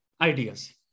ideas